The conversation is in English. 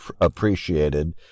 appreciated